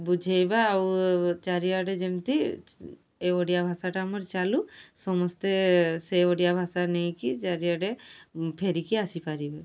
ବୁଝାଇବା ଆଉ ଚାରିଆଡ଼େ ଯେମିତି ଏ ଓଡ଼ିଆ ଭାଷାଟା ଆମର ଚାଲୁ ସମସ୍ତେ ସେ ଓଡ଼ିଆ ଭାଷା ନେଇକି ଚାରିଆଡ଼େ ଫେରିକି ଆସିପାରିବେ